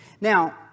Now